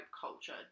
culture